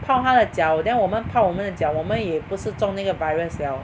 泡他的脚 then 我们泡我们的脚我们也不是中那个 virus liao